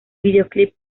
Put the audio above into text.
videoclip